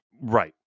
Right